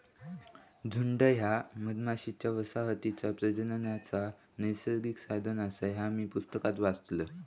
झुंड ह्या मधमाशी वसाहतीचा प्रजननाचा नैसर्गिक साधन आसा, ह्या मी पुस्तकात वाचलंय